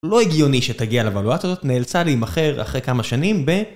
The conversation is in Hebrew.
לא הגיוני שתגיע לבבואטות, נאלצה להימחר אחרי כמה שנים ב...